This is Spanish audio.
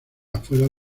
afueras